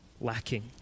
Lacking